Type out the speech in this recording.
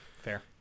fair